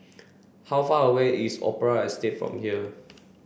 how far away is Opera Estate from here